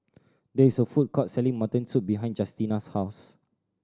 there is a food court selling mutton soup behind Justina's house